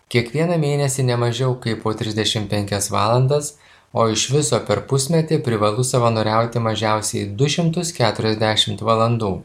kiekvieną mėnesį ne mažiau kaip po trisdešim penkias valandas o iš viso per pusmetį privalu savanoriauti mažiausiai du šimtus keturiasdešimt valandų